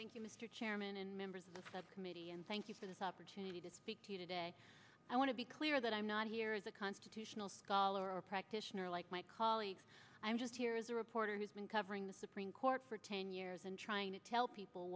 you mr chairman and members of the committee and thank you for this opportunity to speak to you today i want to be clear that i'm not here is a constitutional scholar or a practitioner like my colleagues i'm just here as a reporter who's been covering the supreme court for ten years and trying to tell people